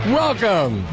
welcome